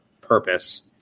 purpose